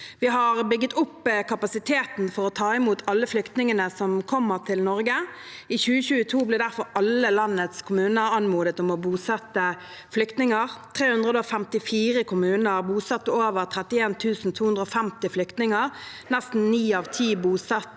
Vi har bygd opp kapasiteten for å ta imot alle flyktningene som kommer til Norge. I 2022 ble derfor alle landets kommuner anmodet om å bosette flyktninger. 354 kommuner bosatte over 31 250 flyktninger. Nesten ni av ti bosatte